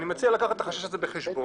ואני מציע לקחת את החשש הזה בחשבון,